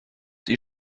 die